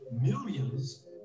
millions